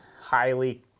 highly